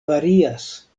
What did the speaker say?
varias